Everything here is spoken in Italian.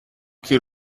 chi